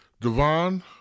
Devon